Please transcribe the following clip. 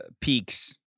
peaks